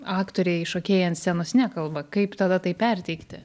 aktoriai šokėjai ant scenos nekalba kaip tada tai perteikti